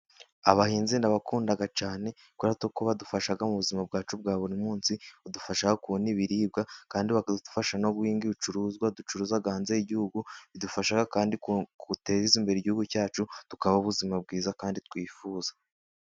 Abahinzi ndabakunda cyane kuko badufasha mu buzima bwacu bwa buri munsi. Badufasha kubona ibiribwa kandi bakadufasha no guhinga ibicuruzwa ducuruza hanze y'igihugu bidufasha kwiteza imbere, igihugu cyacu tukabaho ubuzima bwiza kandi twifuza.